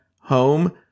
home